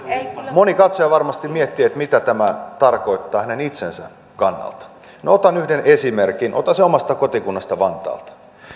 moni katsoja varmasti miettii mitä tämä tarkoittaa hänen itsensä kannalta no otan yhden esimerkin otan sen omasta kotikunnastani vantaalta